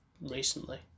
recently